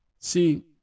See